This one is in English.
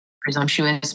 presumptuous